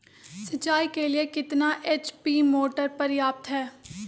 सिंचाई के लिए कितना एच.पी मोटर पर्याप्त है?